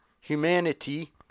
humanity